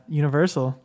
universal